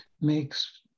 makes